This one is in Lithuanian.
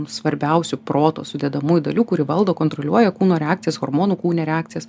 svarbiausių proto sudedamųjų dalių kuri valdo kontroliuoja kūno reakcijas hormonų kūne reakcijas